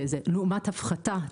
לעומת הפחתה,